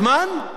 זה הזמן.